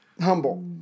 Humble